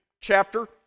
chapter